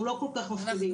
אנחנו לא כל כך מפחידים.